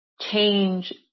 change